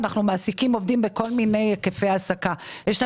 אנחנו מעסיקים עובדים בכל מיני היקפי העסקה.